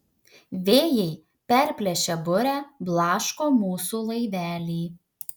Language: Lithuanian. vėjai perplėšę burę blaško mūsų laivelį